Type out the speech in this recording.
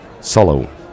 solo